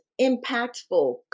impactful